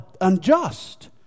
unjust